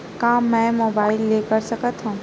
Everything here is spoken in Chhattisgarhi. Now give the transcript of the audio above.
का मै मोबाइल ले कर सकत हव?